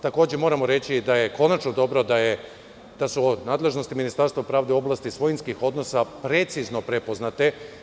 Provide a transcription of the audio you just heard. Takođe moram reći da je konačno dobro da su nadležnosti Ministarstva pravde u oblasti svojinskih odnosa precizno prepoznate.